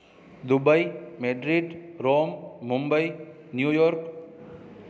Dubai Madrid Rome Mumbai New York